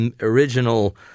original